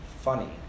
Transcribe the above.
funny